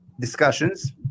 discussions